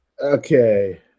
Okay